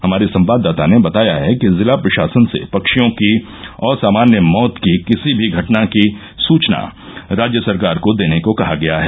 हमारे संवाददाता ने बताया है कि जिला प्रशासन से पक्षियों की असामान्य मौत की किसी भी घटना की सूचना राज्य सरकार को देने को कहा गया है